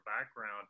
background